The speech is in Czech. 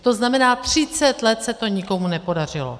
To znamená, třicet let se to nikomu nepodařilo.